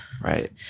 Right